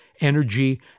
energy